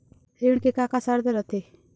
ऋण के का का शर्त रथे?